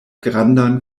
grandan